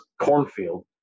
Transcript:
cornfield